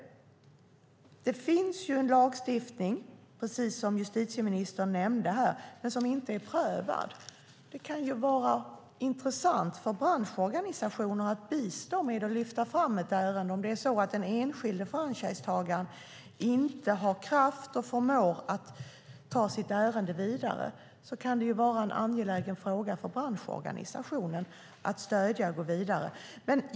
Precis som justitieministern nämnde är lagstiftningen inte prövad. Det kan vara intressant för branschorganisationen att bistå genom att lyfta fram ett ärende, om den enskilde franchisetagaren inte har kraft och förmåga att ta sitt ärende vidare. Då kan det vara en angelägen fråga för branschorganisationen att stödja, för att gå vidare.